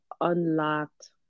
unlocked